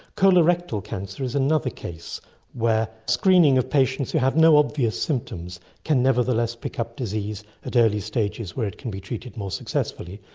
colorectal cancer is another case where screening of patients who have no obvious symptoms can nevertheless pick up disease at early stages where it can be treated more successfully,